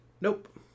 Nope